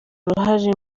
uruhare